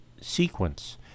sequence